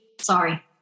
sorry